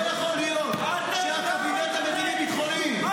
לא יכול להיות שהקבינט המדיני-ביטחוני -- די,